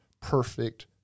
perfect